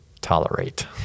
Tolerate